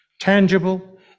tangible